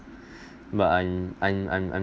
but I'm I'm I'm I'm